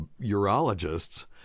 urologists